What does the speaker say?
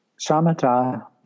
Samatha